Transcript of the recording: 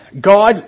God